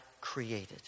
created